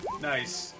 Nice